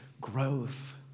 growth